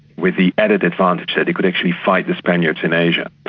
with the added advantage that they could actually fight the spaniards in asia.